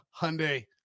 Hyundai